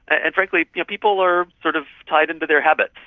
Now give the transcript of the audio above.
and frankly, people are sort of tied into their habits.